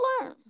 learn